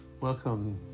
Welcome